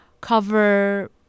cover